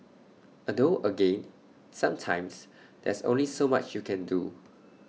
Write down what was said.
although again sometimes there's only so much you can do